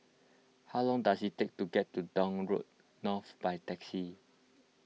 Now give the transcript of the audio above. how long does it take to get to Dock Road North by taxi